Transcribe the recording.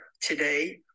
today